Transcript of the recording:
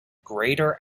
greater